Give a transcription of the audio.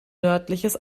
nördliches